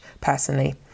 personally